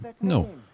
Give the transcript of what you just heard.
No